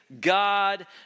God